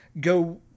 go